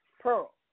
Pearl